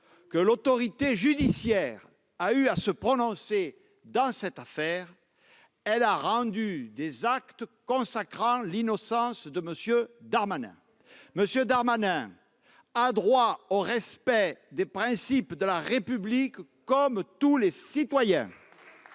que l'autorité judiciaire a eu à se prononcer dans cette affaire, elle a rendu des actes consacrant son innocence. M. Darmanin a droit au respect des principes de la République comme tous les citoyens.